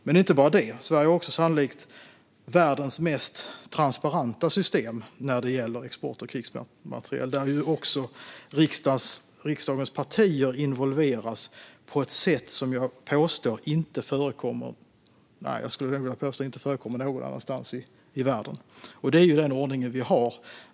Det är dock inte det enda, utan Sverige har sannolikt också världens mest transparenta system när det gäller export av krigsmateriel. Riksdagens partier involveras i detta på ett sätt som jag nog skulle vilja påstå inte förekommer någon annanstans i världen. Det är den ordning vi har.